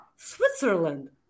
Switzerland